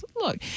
look